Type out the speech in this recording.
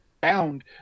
bound